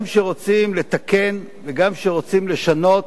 גם כשרוצים לתקן, וגם כשרוצים לשנות,